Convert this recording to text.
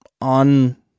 on